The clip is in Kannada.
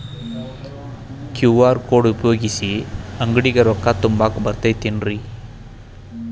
ಕ್ಯೂ.ಆರ್ ಕೋಡ್ ಉಪಯೋಗಿಸಿ, ಅಂಗಡಿಗೆ ರೊಕ್ಕಾ ತುಂಬಾಕ್ ಬರತೈತೇನ್ರೇ?